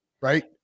right